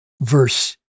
verse